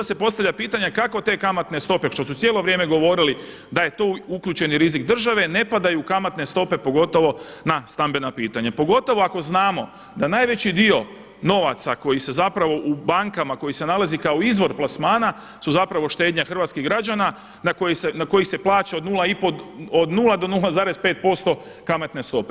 I sad se postavlja pitanje kako te kamatne stope što su cijelo vrijeme govorili da je tu uključen rizik države ne padaju kamatne stope pogotovo na stambena pitanja, pogotovo ako znamo da najveći dio novaca koji se zapravo u bankama koji se nalazi kao izvor plasmana su zapravo štednja hrvatskih građana na kojih se plaća od 0,5, od 0 do 0,5% kamatne stope.